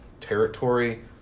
territory